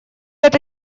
это